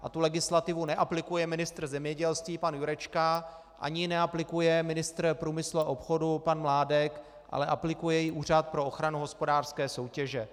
A tu legislativu neaplikuje ministr zemědělství pan Jurečka, ani ji neaplikuje ministr průmyslu a obchodu pan Mládek, ale aplikuje ji Úřad pro ochranu hospodářské soutěže.